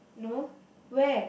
no where